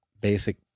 basic